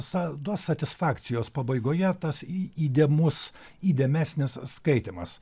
sa duos satisfakcijos pabaigoje tas į įdėmus įdėmesnis skaitymas